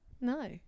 No